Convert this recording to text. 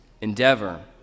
endeavor